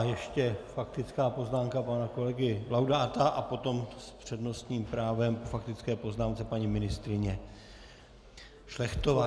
Ještě faktická poznámka pana kolegy Laudáta a potom s přednostním právem k faktické poznámce paní ministryně Šlechtová.